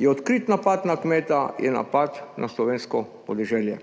Je odkrit napad na kmeta, je napad na slovensko podeželje.